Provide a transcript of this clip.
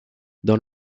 dans